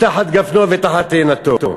איש תחת גפנו ותחת תאנתו.